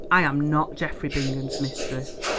i am not geoffrey bingham's mistress.